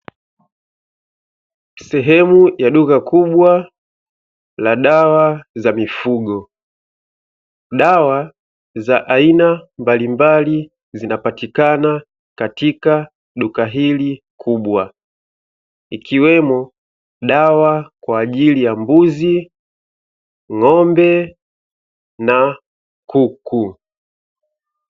Sehemu ya duka kubwa la dawa za mifugo. Dawa za aina mbalimbali zinapatikana katika duka hili kubwa ikiwemo dawa kwa ajili ya mbuzi, ng'ombe na kuku.